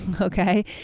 Okay